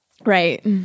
Right